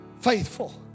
faithful